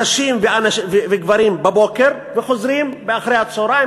נשים וגברים יוצאים בבוקר וחוזרים אחרי הצהריים.